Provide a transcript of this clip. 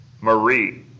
Marie